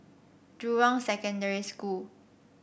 Jurong Secondary School